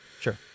Sure